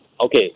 Okay